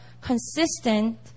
consistent